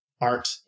art